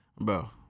Bro